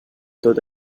tot